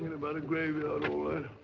and but a graveyard all